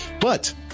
But-